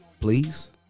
please